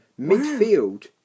Midfield